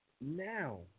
now